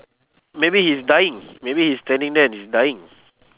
maybe he's dying maybe he's standing there and he's dying